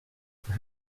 for